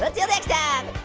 until next time,